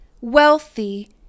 wealthy